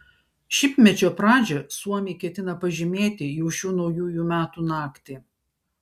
šimtmečio pradžią suomiai ketina pažymėti jau šių naujųjų metų naktį